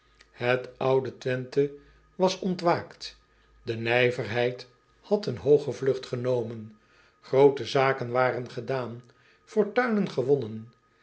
et oude wenthe was ontwaakt de nijverheid had een hooge vlugt genomen groote zaken waren gedaan fortuinen gewonnen